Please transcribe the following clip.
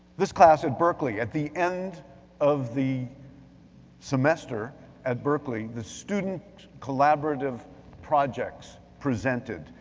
this class at berkeley at the end of the semester at berkeley, the student collaborative projects presented.